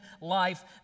life